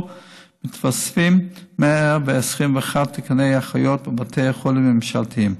מתווספים 121 תקני אחיות בבתי החולים הממשלתיים.